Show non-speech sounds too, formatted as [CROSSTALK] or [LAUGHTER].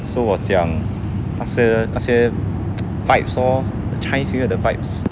so 我讲那些那些 [NOISE] vibes oh the chinese year 的 vibes